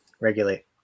Regulate